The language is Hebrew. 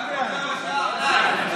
קח עוד רבע שעה, עליי.